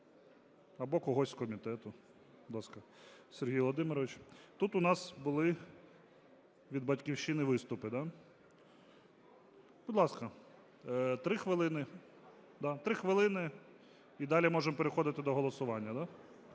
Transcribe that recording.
або когось з комітету. Будь ласка, Сергій Володимирович. Тут у нас були від "Батьківщини" виступи, да? Будь ласка, 3 хвилини. І далі можемо переходити до голосування.